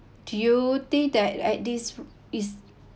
do you think that at this is